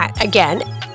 again